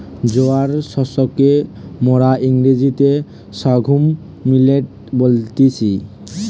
জোয়ার শস্যকে মোরা ইংরেজিতে সর্ঘুম মিলেট বলতেছি